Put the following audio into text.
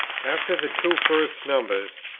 after the two first numbers,